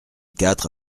quatre